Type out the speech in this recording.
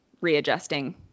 readjusting